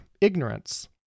ignorance